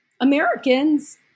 Americans